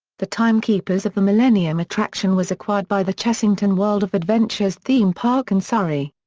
the timekeepers of the millennium attraction was acquired by the chessington world of adventures theme park in surrey.